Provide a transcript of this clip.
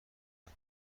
بود